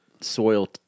soil